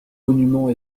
monuments